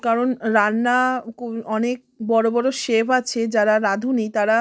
কারণ রান্না কো অনেক বড়ো বড়ো সেফ আছে যারা রাঁধুনি তারা